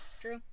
True